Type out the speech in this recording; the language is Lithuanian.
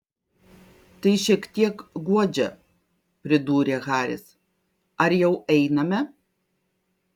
tai šiek tiek guodžia pridūrė haris ar jau einame